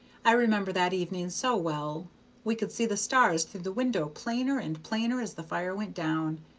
i remember that evening so well we could see the stars through the window plainer and plainer as the fire went down,